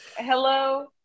Hello